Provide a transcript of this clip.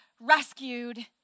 rescued